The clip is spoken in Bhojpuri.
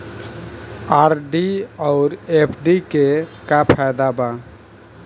आर.डी आउर एफ.डी के का फायदा बा?